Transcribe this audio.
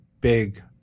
big